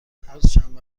هرچند